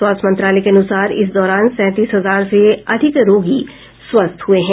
स्वास्थ्य मंत्रालय के अनुसार इस दौरान सैंतीस हजार से अधिक रोगी स्वस्थ हुए हैं